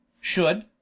should